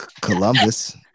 Columbus